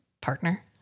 partner